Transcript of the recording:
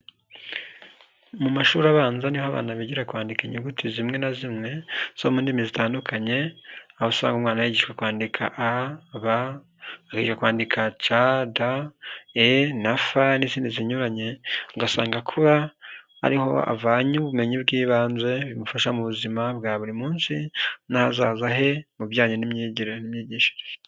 Mu mashuri abanza niho abana bigira kwandika inyuguti zimwe na zimwe zo mu ndimi zitandukanye, aho usanga umwana yigishwa kwandika A, B akiga kwandika C,D,E na F n'izindi zinyuranye, ugasanga akura ariho avanye ubumenyi bw'ibanze bimufasha mu buzima bwa buri munsi n'ahazaza he mu bijyanye n'imyigire n'imyigishirize.